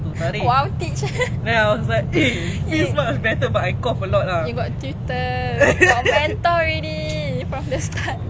!wow! teach eh you got tutor got mentor already from the start